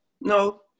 No